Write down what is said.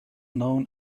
known